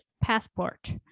passport